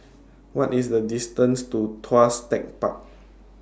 What IS The distance to Tuas Tech Park